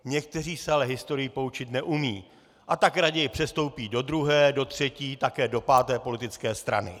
Někteří se ale historií poučit neumějí, a tak raději přestoupí do druhé, do třetí, také do páté politické strany!